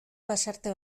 pasarte